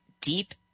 deep